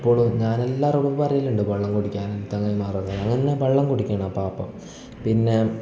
എപ്പോഴും ഞാനെല്ലാരോടും പറയലുണ്ട് വെള്ളം കുടിക്കാൻ തെങ്ങായിമാരോടെല്ല അങ്ങനെ വെള്ളം കുടിക്കണം പാപ്പം പിന്നെ